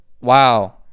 wow